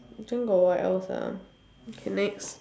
then got what else ah okay next